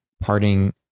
parting